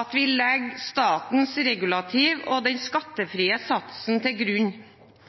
at vi legger statens regulativ og den